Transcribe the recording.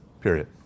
Period